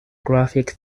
graphic